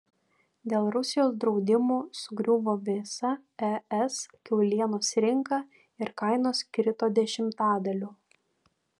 dėl rusijos draudimų sugriuvo visa es kiaulienos rinka ir kainos krito dešimtadaliu